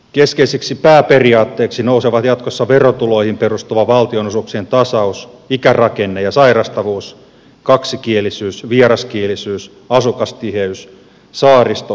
keskeisiksi pääperiaatteiksi nousevat jatkossa verotuloihin perustuva valtionosuuksien tasaus ikärakenne ja sairastavuus kaksikielisyys vieraskielisyys asukastiheys saaristo ja koulutustausta